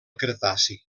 cretaci